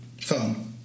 Phone